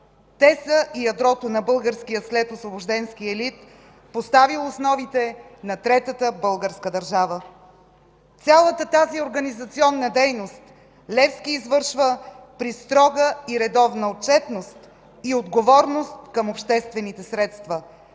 Те са ядрото на българския следосвобожденски елит, поставил основите на Третата българска държава. Цялата тази организационна дейност Левски извършва при строга и редовна отчетност и отговорност към обществените средства